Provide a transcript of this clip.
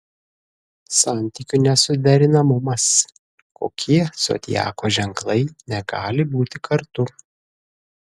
santykių nesuderinamumas kokie zodiako ženklai negali būti kartu